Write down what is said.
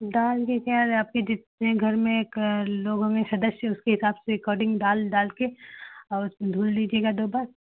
दाल भी क्या आपके जितने घर में एक लोगों में सदस्य हैं उस हिसाब से एकॉर्डिन्ग दाल डालकर और धुल लीजिएगा दो बार